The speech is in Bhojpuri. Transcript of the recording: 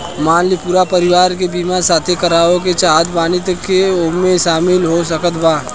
मान ली पूरा परिवार के बीमाँ साथे करवाए के चाहत बानी त के के ओमे शामिल हो सकत बा?